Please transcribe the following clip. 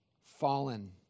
fallen